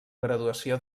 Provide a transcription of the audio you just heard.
graduació